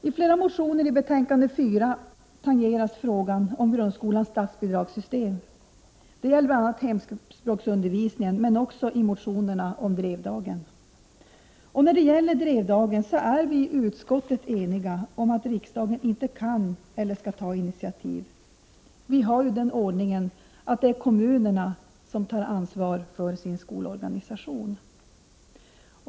I flera motioner i betänkande 4 tangeras frågan om grundskolans Prot. 1988/89:35 statsbidragssystem. Det gäller bl.a. motionerna om hemspråksundervisning 30 november 1988 en men också motionerna om Drevdagen. Mkr Bg Rd än OR I fråga om Drevdagen är vi i utskottet eniga om att riksdagen inte kan eller skall ta något initiativ. Vi har ju den ordningen att det är kommunerna som tar ansvaret för sin skolorganisation.